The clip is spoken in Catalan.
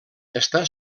està